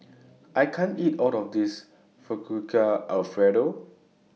I can't eat All of This Fettuccine Alfredo